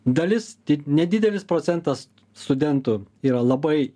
dalis tik nedidelis procentas studentų yra labai